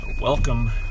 Welcome